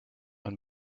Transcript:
und